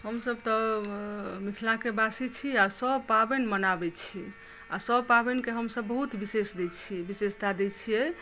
हमसब तऽ मिथिलाके वासी छी आ सब पाबनि मनाबै छी आ सब पाबनिकेँ हमसब बहुत विशेष दै छियै विशेषता दै छियै